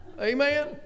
Amen